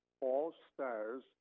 All-Stars